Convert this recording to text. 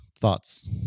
thoughts